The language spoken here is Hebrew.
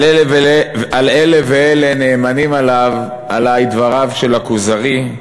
על אלה ואלה נאמנים עלי דבריו של "הכוזרי":